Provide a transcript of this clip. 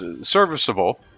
serviceable